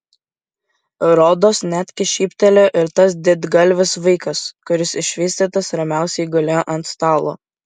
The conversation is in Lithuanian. rodos netgi šyptelėjo ir tas didgalvis vaikas kuris išvystytas ramiausiai gulėjo ant stalo